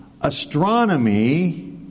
astronomy